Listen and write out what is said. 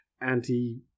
anti